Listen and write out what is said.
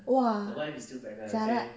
!wah! jialat